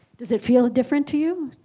does it feel different to you?